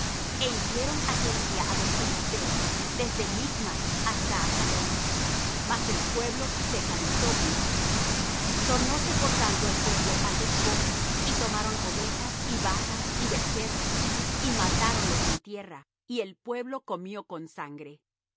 e hirieron aquel día á los filisteos desde michmas hasta ajalón mas el pueblo se cansó mucho tornóse por tanto el pueblo al despojo y tomaron ovejas y vacas y becerros y matáronlos en tierra y el pueblo comió con sangre